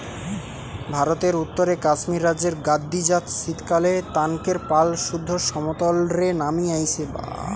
ভারতের উত্তরে কাশ্মীর রাজ্যের গাদ্দি জাত শীতকালএ তানকের পাল সুদ্ধ সমতল রে নামি আইসে